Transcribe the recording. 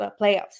playoffs